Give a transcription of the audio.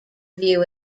view